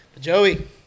Joey